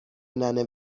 ننه